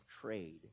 trade